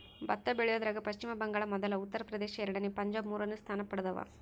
ಭತ್ತ ಬೆಳಿಯೋದ್ರಾಗ ಪಚ್ಚಿಮ ಬಂಗಾಳ ಮೊದಲ ಉತ್ತರ ಪ್ರದೇಶ ಎರಡನೇ ಪಂಜಾಬ್ ಮೂರನೇ ಸ್ಥಾನ ಪಡ್ದವ